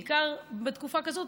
בעיקר בתקופה כזאת,